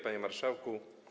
Panie Marszałku!